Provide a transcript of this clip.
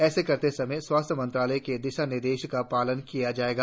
ऐसा करते समय स्वास्थ्य मंत्रालय के दिशा निर्देशों का पालन किया जाएगा